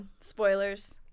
spoilers